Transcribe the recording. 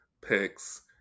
picks